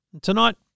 Tonight